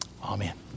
amen